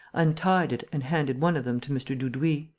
untied it and handed one of them to mr. dudouis